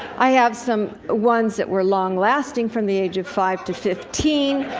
i have some ones that were long lasting from the age of five to fifteen,